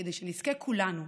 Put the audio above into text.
כדי שנזכה כולנו,